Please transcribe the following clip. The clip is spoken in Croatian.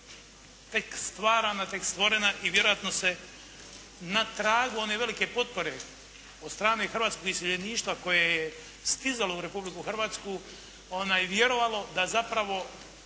tek stvarana, tek stvorena i vjerojatno se na tragu one velike potpore od strane hrvatskog iseljeništva koje je stizalo u Republiku Hrvatsku vjerovalo da je